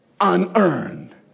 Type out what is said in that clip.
unearned